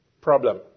problem